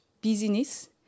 business